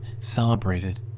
celebrated